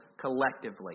collectively